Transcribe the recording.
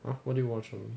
!huh! what do you watch on